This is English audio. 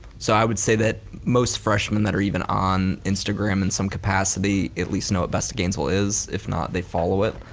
so i would say that most freshman that are even on instagram in some capacity, at least know what best of gainesville is. if not, they follow it.